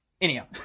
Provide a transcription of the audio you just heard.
Anyhow